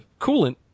coolant